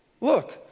Look